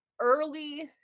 early